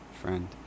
friend